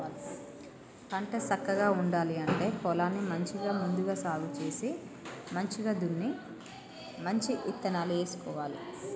పంట సక్కగా పండాలి అంటే పొలాన్ని మంచిగా ముందుగా సాగు చేసి మంచిగ దున్ని మంచి ఇత్తనాలు వేసుకోవాలి